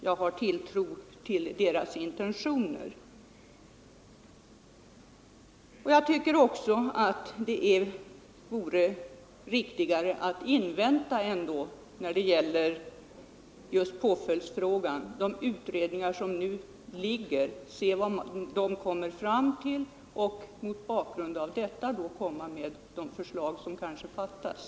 Jag har tilltro till socialstyrelsens intentioner, och jag tycker att det vore riktigare att när det gäller påföljdsfrågan invänta de utredningar som nu pågår. Vi bör se vad styrelsen kommer fram till och mot bakgrund därav utforma de förslag till åtgärder som kanske erfordras.